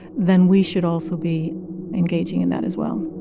then we should also be engaging in that. as well